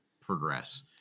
progress